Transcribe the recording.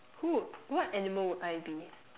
who what animal would I be